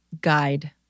guide